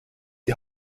die